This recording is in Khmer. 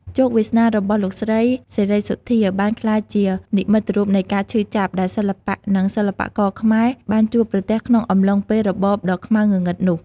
ជោគវាសនារបស់លោកស្រី សេរីសុទ្ធា បានក្លាយជា និមិត្តរូបនៃការឈឺចាប់ ដែលសិល្បៈ និងសិល្បករខ្មែរបានជួបប្រទះក្នុងអំឡុងពេលរបបដ៏ខ្មៅងងឹតនោះ។